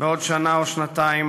בעוד שנה או שנתיים,